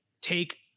take